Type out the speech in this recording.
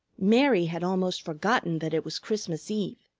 mary had almost forgotten that it was christmas eve.